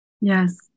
Yes